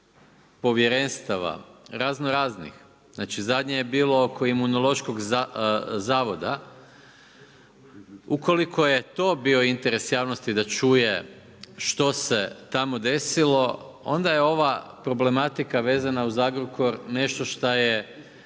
povjerenstava raznoraznih, znači zadnje je bilo oko Imunološkog zavoda, ukoliko je to bio interes javnosti da čuje što se tamo desilo onda je ova problematika vezana uz Agrokor nešto šta je